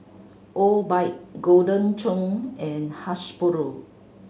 Obike Golden Churn and Hasbro